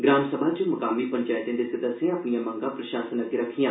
ग्राम सभा च मुकामी पंचैत दे सदस्यें अपनियां मंगा प्रशासन अग्गे रक्खियां